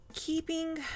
Keeping